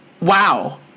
wow